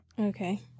Okay